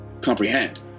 comprehend